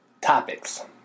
topics